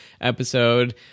episode